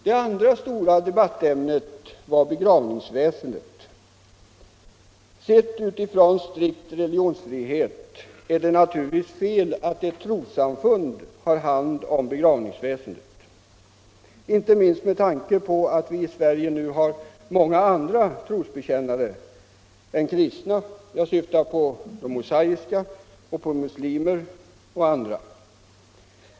Det andra stora debattämnet var begravningsväsendet. Sett utifrån strikt religionsfrihet är det naturligtvis fel att ett trossamfund har hand om begravningsväsendet, inte minst med tanke på att vi i Sverige nu har många andra trosbekännare än kristna. Jag syftar på mosaiska trosbekännare, muslimer etc.